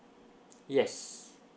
yes